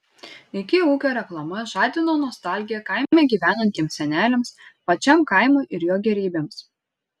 iki ūkio reklama žadino nostalgiją kaime gyvenantiems seneliams pačiam kaimui ir jo gėrybėms